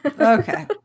Okay